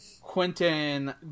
Quentin